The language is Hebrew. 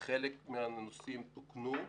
חלק מן הנושאים תוקנו.